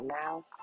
now